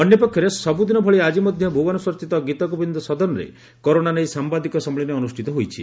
ଅନ୍ୟପକ୍ଷରେ ସବୁଦିନ ଭଳି ଆକି ମଧ୍ଧ ଭୁବନେଶ୍ୱରସ୍ଥିତ ଗୀତଗୋବିନ୍ଦ ସଦନରେ କରୋନା ନେଇ ସାମ୍ଘାଦିକ ସମ୍ମିଳନୀ ଅନୁଷିତ ହୋଇଛି